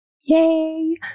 Yay